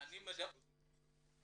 אני קורא